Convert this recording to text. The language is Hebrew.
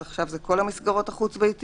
אז עכשיו זה כל המסגרות החוץ-ביתיות.